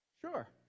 Sure